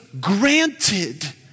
granted